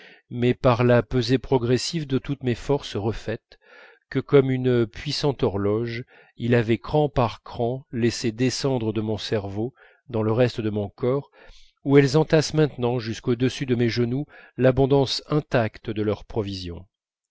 mais par la pesée progressive de toutes mes forces refaites que comme une puissante horloge il avait cran par cran laissé descendre de mon cerveau dans le reste de mon corps où elles entassaient maintenant jusque au-dessus de mes genoux l'abondance intacte de leurs provisions